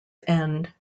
end